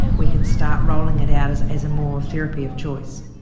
we can start rolling it out as as a more therapy of choice.